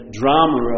drama